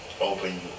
Open